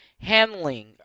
Handling